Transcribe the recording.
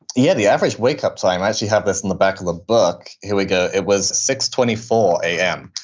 yeah, the average wake up time, i actually have this in the back of the book. here we go, it was six twenty four am.